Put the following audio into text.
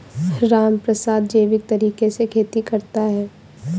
रामप्रसाद जैविक तरीके से खेती करता है